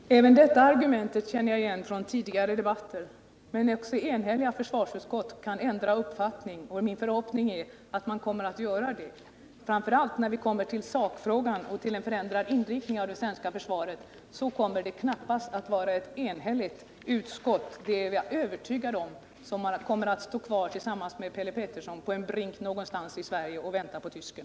Herr talman! Även detta argument känner jag igen från tidigare debatter. Men också enhälliga försvarsutskott kan ändra uppfattning, och min förhoppning är att man kommer att göra det även i det här fallet, framför allt när vi kommer till sakfrågan om en förändrad inriktning av det svenska försvaret. Jag är övertygad om att vi då knappast kommer att ha ett enhälligt försvarsutskott, som står kvar tillsammans med Per Petersson vid ”en brink någonstans i Sverige och väntar på tysken”.